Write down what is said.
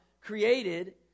created